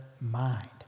mind